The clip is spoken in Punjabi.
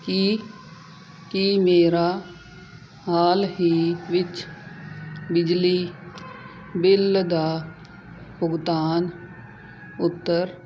ਕੀ ਕੀ ਮੇਰਾ ਹਾਲ ਹੀ ਵਿੱਚ ਬਿਜਲੀ ਬਿੱਲ ਦਾ ਭੁਗਤਾਨ ਉੱਤਰ